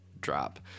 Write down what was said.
drop